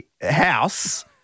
house